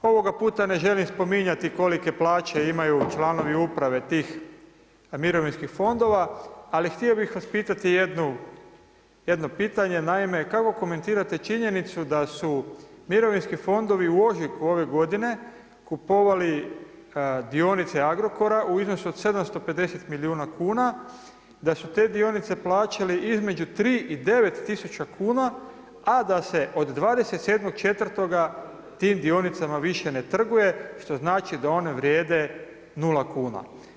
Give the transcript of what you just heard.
Ovoga puta ne želim spominjati kolike plaće imaju članovi uprave tih mirovinskih fondova, ali htio bih vas pitati jedno pitanje, naime, kako komentirate činjenicu, da su mirovinski fondovi u ožujku ove godine, kupovali dionice Agrokora u iznosu od 750 milijuna kuna, da su te dionice plaćali između 3 i 9 tisuća kuna, a da se od 27.4. tim dionicama više ne trguje, što znači da one vrijede 0 kn.